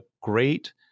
great